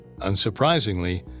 Unsurprisingly